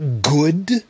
good